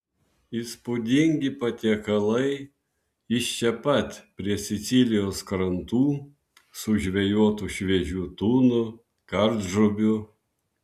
įspūdingi patiekalai iš čia pat prie sicilijos krantų sužvejotų šviežių tunų kardžuvių